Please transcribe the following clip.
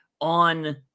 on